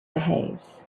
behaves